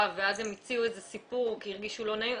ואז הן המציאו סיפור כי הרגישו לא נעים.